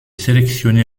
sélectionné